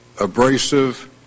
abrasive